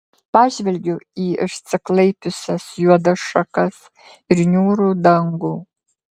pažvelgiau į išsiklaipiusias juodas šakas ir niūrų dangų